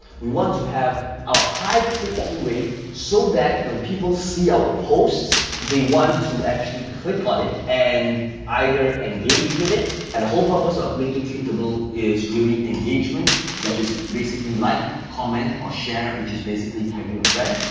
we want to have a high click through rate so that when people see our posts, they want to actually click on it, and either engage with it, and the whole purpose of making clickable is really engagement which is basically like, comment or share which is basically tagging a friend.